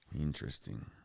Interesting